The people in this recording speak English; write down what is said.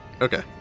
Okay